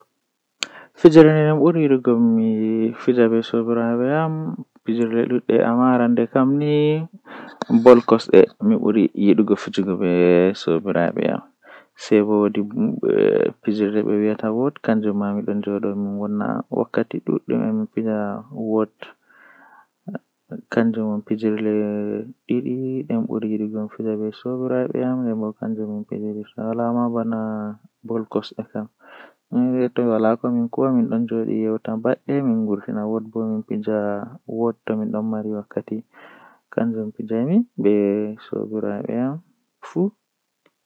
Ko ɗum waawugol, kono fota neɗɗo waɗataa njiddungol e personal happiness kadi, sabu ɗuum woodani semmbugol ɗi njamɗi. So a heɓi fota ngal, ɗuum njogitaa wonde kadi njarɗe, e jammaaji wattan. njogorde e jamii ko njaŋnguɗi ko naatude e jam, so no a waawi ndarugol e ɓamɗe heɓde hokkataaji ɗum.